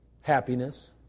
happiness